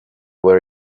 where